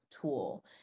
tool